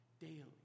daily